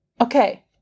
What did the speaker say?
Okay